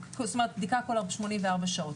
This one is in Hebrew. בדיקה כל שמונים וארבע שעות.